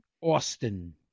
Austin